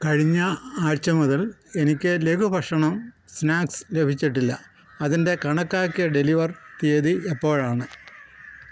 കഴിഞ്ഞ ആഴ്ച മുതൽ എനിക്ക് ലഘുഭക്ഷണം സ്നാക്സ് ലഭിച്ചിട്ടില്ല അതിൻ്റെ കണക്കാക്കിയ ഡെലിവർ തീയതി എപ്പോഴാണ്